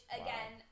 again